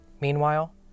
Meanwhile